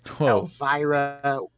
Elvira